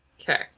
Okay